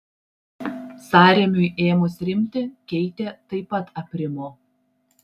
sąrėmiui ėmus rimti keitė taip pat aprimo